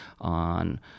on